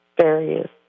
various